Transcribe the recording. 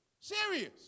Serious